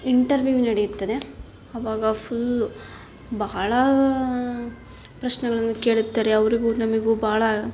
interview ನಡೆಯುತ್ತದೆ ಅವಾಗ full ಬಹಳ ಪ್ರಶ್ನೆಗಳನ್ನು ಕೇಳುತ್ತಾರೆ ಅವರಿಗೂ ನಮಗೂ ಬಹಳ